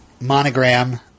monogram